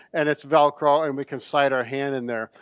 and it's velcro and we can slide our hand in there.